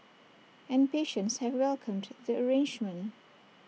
and patients have welcomed the arrangement